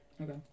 Okay